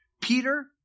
Peter